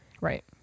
right